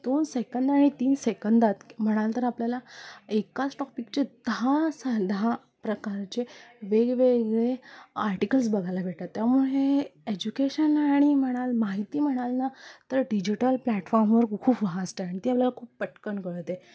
दोन सेकंद आणि तीन सेकंदात म्हणाल तर आपल्याला एकाच टॉपिकचे दहा दहा प्रकारचे वेगवेगळे आर्टिकल्स बघायला भेटतात त्यामुळे एज्युकेशन आणि म्हणाल माहिती म्हणाल ना तर डिजिटल प्लॅटफॉर्मवर खूप वास्ट आहे आणि ती आपल्याला खूप पटकन कळते